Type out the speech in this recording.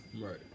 Right